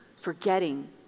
forgetting